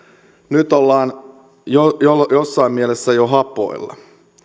nyt ollaan jossain mielessä jo hapoilla